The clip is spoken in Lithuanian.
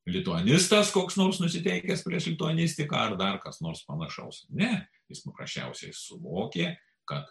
lituanistas koks nors nusiteikęs prieš lituanistiką ar dar kas nors panašaus ne jis paprasčiausiai suvokė kad